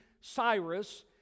Cyrus